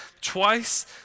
twice